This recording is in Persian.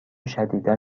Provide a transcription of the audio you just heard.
شدیدا